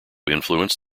influence